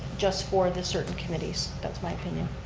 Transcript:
just for the certain committees. that's my opinion.